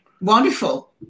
Wonderful